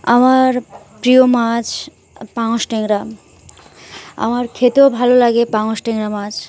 আমার প্রিয় মাছ পাঙাশ ট্যাংরা আমার খেতেও ভালো লাগে পাঙাশ ট্যাংরা মাছ